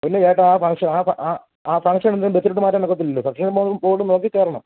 പൊന്നു ചേട്ടാ ആ ഫങ്ക്ഷൻ ആ ഫങ് ആ ആ ഫങ്ക്ഷനൊന്നും ബസ്സിലോട്ട് മാറ്റാനൊക്കത്തില്ലല്ലോ ബോർഡും നോക്കി കയറണം